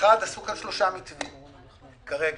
עשו כאן שלושה מתווים כרגע.